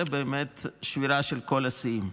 זה באמת שבירה של כל השיאים.